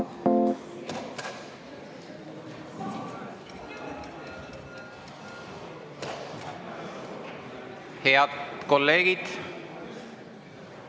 Head kolleegid!